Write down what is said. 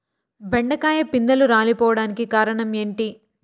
బెండకాయ పిందెలు రాలిపోవడానికి కారణం ఏంటి?